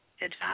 Good